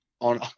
on